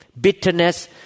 bitterness